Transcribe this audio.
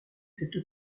cette